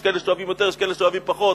יש כאלה שאוהבים יותר, יש כאלה שאוהבים פחות.